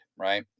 right